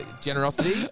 generosity